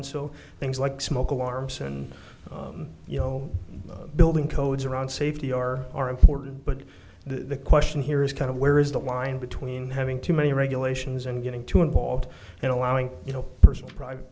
and so things like smoke alarms and you know building codes around safety or are important but the question here is kind of where is the line between having too many regulations and getting too involved and allowing you know personal private